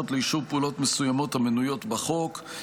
לאישור פעולות מסוימות המנויות בחוק,